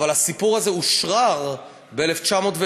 אבל הסיפור הזה אושרר ב-1920,